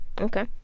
Okay